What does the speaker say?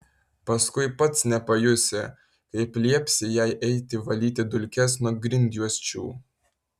paskui pats nepajusi kaip liepsi jai eiti valyti dulkes nuo grindjuosčių